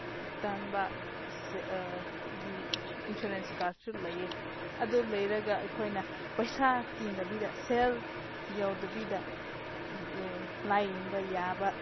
ꯇꯦꯡꯕꯥꯡ ꯒꯤ ꯏꯟꯁꯨꯔꯦꯟꯁ ꯀꯥꯔꯠꯁꯨ ꯂꯩꯌꯦ ꯑꯗꯨ ꯂꯩꯔꯒ ꯑꯩꯈꯣꯏꯅ ꯄꯩꯁꯥ ꯇꯤꯡꯗꯕꯤꯗ ꯁꯦꯜ ꯌꯥꯎꯗꯕꯤꯗ ꯂꯥꯏꯌꯦꯡꯕ ꯌꯥꯕ